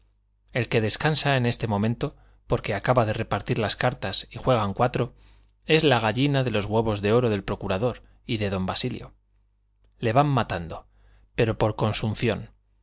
el que descansa en este momento porque acaba de repartir las cartas y juegan cuatro es la gallina de los huevos de oro del procurador y de don basilio le van matando pero por consunción